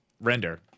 render